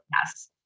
Yes